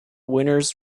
winners